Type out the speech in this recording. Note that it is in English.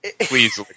Please